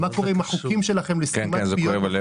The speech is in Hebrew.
מה קורה עם החוקים שלכם לסתימת פיות?